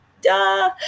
Duh